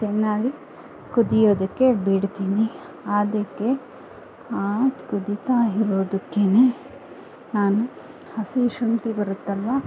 ಚೆನ್ನಾಗಿ ಕುದಿಯೋದಕ್ಕೆ ಬಿಡ್ತೀನಿ ಅದಕ್ಕೆ ಆ ಕುದಿತಾ ಇರೋದಕ್ಕೆನೆ ನಾನು ಹಸಿ ಶುಂಠಿ ಬರುತ್ತಲ್ವಾ